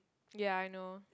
ya I know